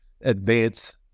advance